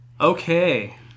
okay